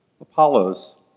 Apollos